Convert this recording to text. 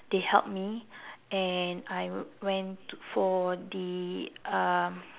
they helped me and I went to for the um